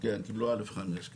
כן, קיבלו א/5.